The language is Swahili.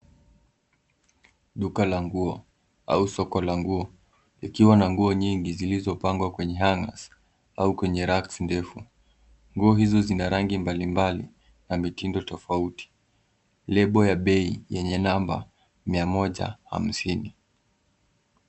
Duka la nguo au soko la nguo likiwa na nguo nyingi zilizopangwa kwenye hangers au raki ndefu. Nguo hizo zina rangi mbalimbali na mitindo tofauti. Lebo ya bei yenye namba mia moja hamsini.